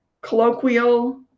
colloquial